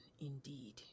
Indeed